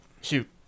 shoot